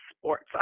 sports